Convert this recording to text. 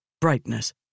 brightness